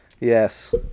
Yes